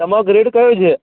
તમારો ગ્રેડ કયો છે